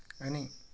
अनि